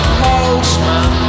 postman